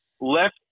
left